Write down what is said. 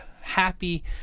happy